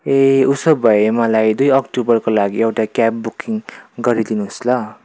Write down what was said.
ए उसो भए मलाई दुई अक्टोबरको लागि एउटा क्याब बुकिङ गरिदिनु होस् ल